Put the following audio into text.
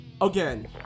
again